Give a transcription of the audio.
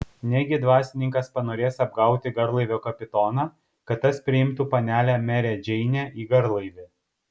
negi dvasininkas panorės apgauti garlaivio kapitoną kad tas priimtų panelę merę džeinę į garlaivį